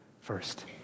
first